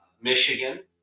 Michigan